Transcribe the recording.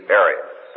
areas